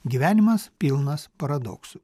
gyvenimas pilnas paradoksų